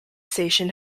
station